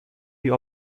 die